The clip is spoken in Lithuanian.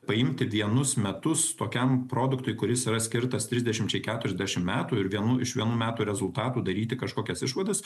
paimti vienus metus tokiam produktui kuris yra skirtas trisdešimčiai keturiasdešimt metų ir vienų iš vienų metų rezultatų daryti kažkokias išvadas